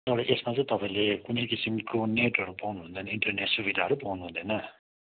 तर यसमा चाहिँ तपाईँले कुनै किसिमको नेटहरू पाउनुहुँदैन इन्टरनेट सुविधाहरू पाउनुहुँदैन